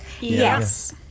Yes